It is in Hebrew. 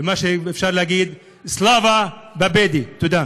ואפשר להגיד (אומר דברים ברוסית.) תודה.